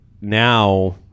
now